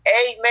Amen